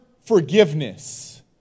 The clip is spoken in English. forgiveness